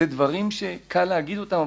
זה דברים שקל להגיד אותם,